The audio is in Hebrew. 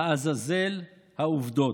לעזאזל העובדות.